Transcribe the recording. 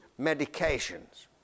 medications